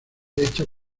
hecha